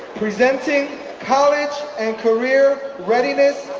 presenting college and career readiness,